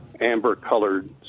amber-colored